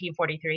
1943